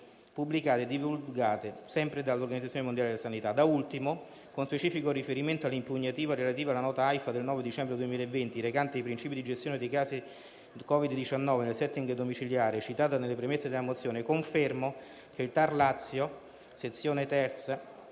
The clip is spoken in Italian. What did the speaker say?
pubblicate e divulgate sempre dall'Organizzazione mondiale della sanità. Da ultimo, con specifico riferimento all'impugnativa relativa alla nota AIFA del 9 dicembre 2020, recante i principi di gestione dei casi di Covid-19 nel *setting* domiciliare, citata nelle premesse della mozione, confermo che il TAR del Lazio, sezione Terza,